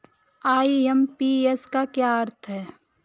IMPS का क्या अर्थ है?